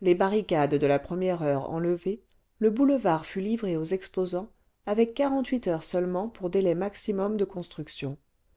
les barricades delà première heure enlevées le boulevard fut livré aux exposants avec quarante-huit heures seulement pour délai maximum de construction